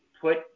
put